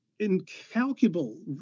incalculable